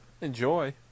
Enjoy